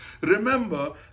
Remember